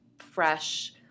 fresh